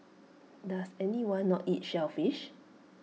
does anyone not eat shellfish